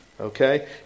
Okay